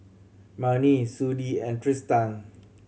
Marnie Sudie and Tristan